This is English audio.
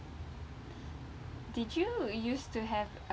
did you used to have a